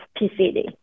PCD